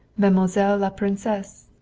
mademoiselle la princesse.